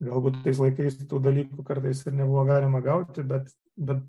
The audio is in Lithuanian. galbūt tais laikais tų dalykų kartais ir nebuvo galima gauti bet bet